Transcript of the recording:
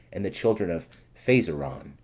and the children of phaseron,